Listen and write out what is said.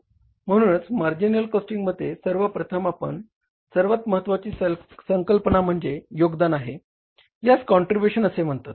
म्हणूनच मार्जिनल कॉस्टिंगमध्ये सर्वप्रथम आणि सर्वात महत्त्वाची संकल्पना म्हणजे योगदान आहे यास कॉन्ट्रिब्यूशन असे म्हणतात